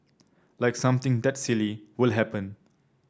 like something that silly will happen